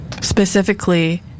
specifically